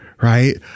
Right